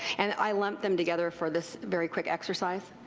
and i lumped them together for this very quick exercise.